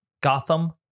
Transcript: Gotham